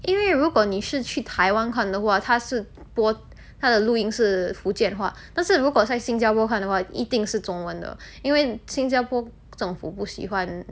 因为如果你是去台湾看的话它是播它的录音是福建话但是如果在新加坡看的话一定是中文的因为新加坡政府不喜欢